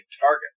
target